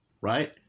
right